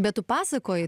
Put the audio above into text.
bet tu pasakoji